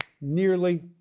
nearly